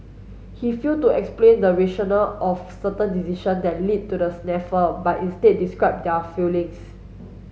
he failed to explain the rationale of certain decision that lead to the snafu but instead described their fillings